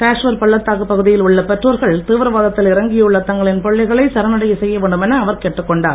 காஷ்மீர் பள்ளத்தாக்கு பகுதியில் உள்ள பெற்றோர்கள் தீவிரவாதத்தில் இறங்கியுள்ள தங்களின் பெற்றோர்களை சரணடையச் செய்ய வேண்டும் என அவர் கேட்டுக் கொண்டார்